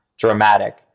Dramatic